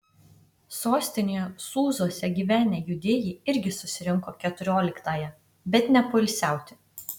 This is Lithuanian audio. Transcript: sostinėje sūzuose gyvenę judėjai irgi susirinko keturioliktąją bet ne poilsiauti